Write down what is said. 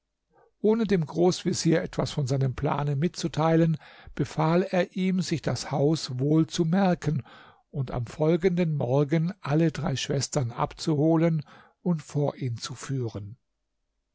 ohne dem großvezier etwas von seinem plane mitzuteilen befahl er ihm sich das haus wohl zu merken und am folgenden morgen alle drei schwestern abzuholen und vor ihn zu führen